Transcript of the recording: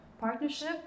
partnership